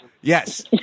Yes